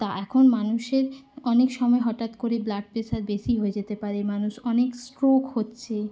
তা এখন মানুষের অনেক সময় হঠাৎ করে ব্লাড প্রেসার বেশি হয়ে যেতে পারে মানুষ অনেক স্ট্রোক হচ্ছে